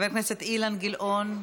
חבר הכנסת אילן גילאון,